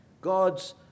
God's